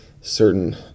certain